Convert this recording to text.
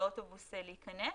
לאוטובוס להיכנס.